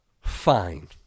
Fine